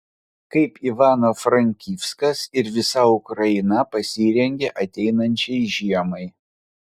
kaip ivano frankivskas ir visa ukraina pasirengė ateinančiai žiemai